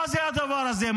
מה זה הדבר הזה?